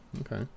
Okay